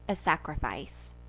a sacrifice.